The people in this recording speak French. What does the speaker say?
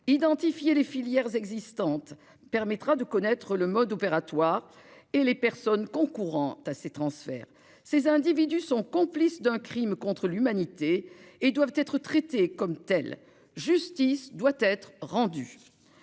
Identifier les filières existantes permettra de connaître le mode opératoire et les personnes concourant à ces transferts. Ces individus sont complices d'un crime contre l'humanité et doivent être traités comme tels. Justice doit être rendue.